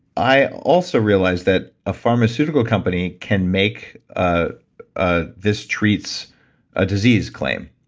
i also realized that a pharmaceutical company can make ah ah this treats a disease claim